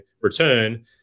return